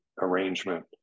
arrangement